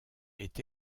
est